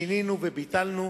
שינינו וביטלנו,